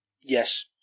Yes